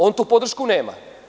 On tu podršku nema.